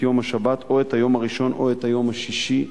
את יום השבת או את היום הראשון או את היום השישי בשבוע,